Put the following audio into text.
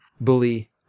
bully